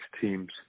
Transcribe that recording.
teams